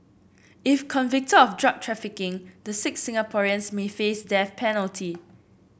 if convicted of drug trafficking the six Singaporeans may face death penalty